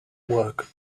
work